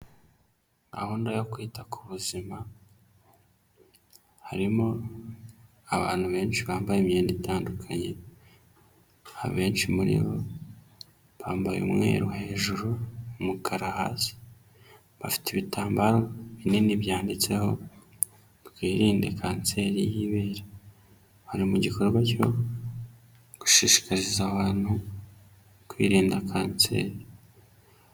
Gahunda yo kwita ku buzima, harimo abantu benshi bambaye imyenda itandukanye, abenshi muri bo bambaye umweru hejuru, umukara hasi. Bafite ibitambaro binini byanditseho twirinde kanseri y'ibere. Bari mu gikorwa cyo gushishikariza abantu kwirinda kanseri.